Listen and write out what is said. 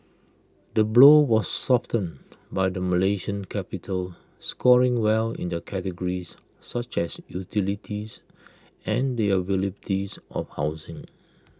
the blow was softened by the Malaysian capital scoring well in the categories such as utilities and the availability's of housing